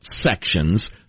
sections